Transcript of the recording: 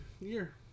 year